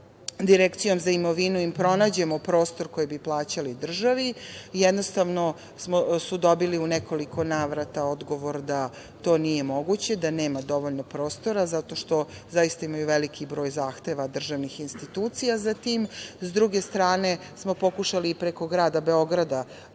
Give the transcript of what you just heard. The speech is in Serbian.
Direkcijom za imovinu im pronađemo prostor koji bi plaćali državi. Jednostavno, u nekoliko navrata smo dobili odgovor da to nije moguće, da nema dovoljno prostora, zato što zaista ima veliki broj zahteva državnih institucija za tim. S druge strane, pokušali smo i preko grada Beograda